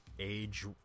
age